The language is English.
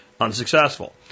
unsuccessful